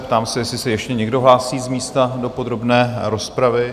Ptám se, jestli se ještě někdo hlásí z místa do podrobné rozpravy?